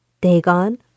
Dagon